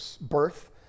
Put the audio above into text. birth